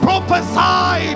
Prophesy